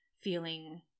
feeling